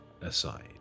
aside